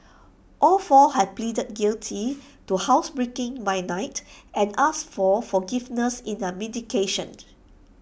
all four have pleaded guilty to housebreaking by night and asked for forgiveness in their mitigation